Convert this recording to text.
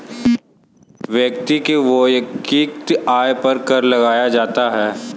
व्यक्ति के वैयक्तिक आय पर कर लगाया जाता है